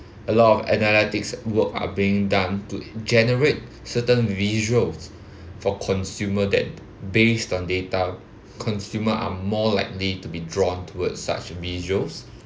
a lot of analytics work are being done to generate certain visuals for consumer that based on data consumer are more likely to be drawn towards such visuals